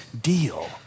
deal